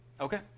Okay